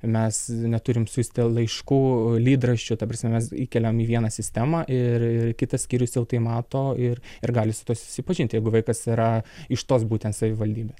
mes neturim siųsti laiškų lydraščių ta prasme mes įkeliam į vieną sistemą ir kitas skyrius jau tai mato ir ir gali su tuo susipažinti jeigu vaikas yra iš tos būtent savivaldybės